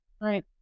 Right